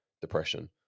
depression